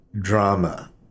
drama